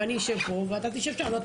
ואני אשב פה ואתה תשב שם לא יודעת